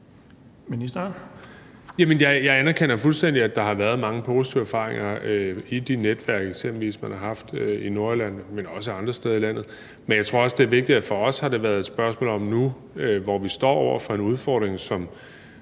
Jamen jeg anerkender fuldstændig, at der har været mange positive erfaringer i de netværk, man har haft i eksempelvis i Nordjylland, men også andre steder i landet. Men jeg tror også, det er vigtigt at sige, at for os har det været et spørgsmål om nu, hvor vi står over for en udfordring, som